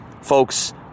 folks